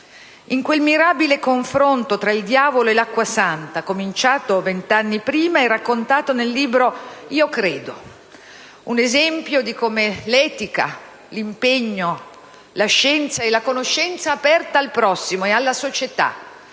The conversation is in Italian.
in quel mirabile confronto tra il diavolo e l'acqua santa cominciato vent'anni prima e raccontato nel libro «Io credo»: un esempio di come l'etica, l'impegno, la scienza e la conoscenza aperta al prossimo e alla società